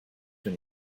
wenn